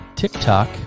TikTok